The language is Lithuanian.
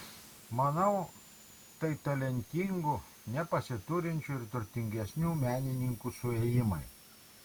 manau tai talentingų nepasiturinčių ir turtingesnių menininkų suėjimai